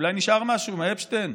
אולי נשאר משהו מאפשטיין,